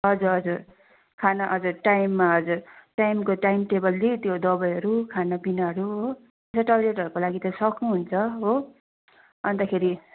हजुर हजुर खाना हजुर टाइममा हजुर टाइमको टाइम टेबलली त्यो दबाईहरू खानापिनाहरू है टोइलेटहरूको लागि त सक्नुहुन्छ हो अन्तखेरि